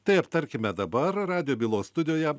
tai aptarkime dabar radijo bylos studijoje